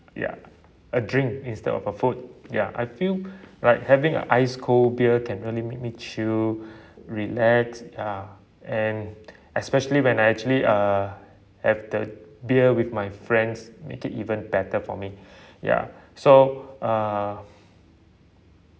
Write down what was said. ya a drink instead of a food ya I feel like having a ice cold beer can really make me chill relax ya and especially when I actually uh have the beer with my friends make it even better for me ya so uh